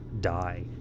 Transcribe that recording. die